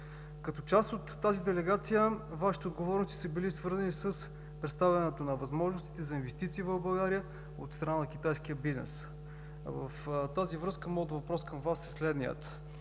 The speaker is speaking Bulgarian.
Като част от тази делегация Вашите отговорности са били свързани с представянето на възможностите за инвестиции в България от страна на китайския бизнес. В тази връзка, моят въпрос към Вас е следният: